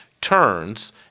turns